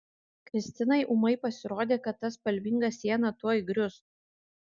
kristinai ūmai pasirodė kad ta spalvinga siena tuoj grius